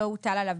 לא הוטל עליו,